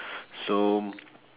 so